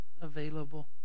available